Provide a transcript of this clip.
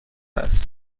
است